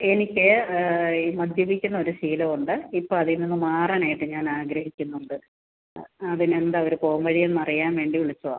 എനിക്ക് മദ്യപിക്കുന്നൊരു ശീലമുണ്ട് ഇപ്പോൾ അതീന്നൊന്ന് മാറാനായിട്ട് ഞാനാഗ്രഹിക്കുന്നുണ്ട് ആ അതിനെന്താണ് ഒരു പോംവഴീന്നറിയാൻ വേണ്ടി വിളിച്ചതാണ്